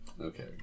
Okay